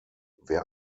wer